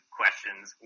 questions